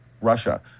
russia